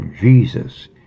Jesus